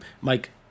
Mike